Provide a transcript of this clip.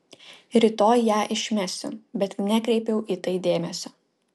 rytoj ją išmesiu bet nekreipiau į tai dėmesio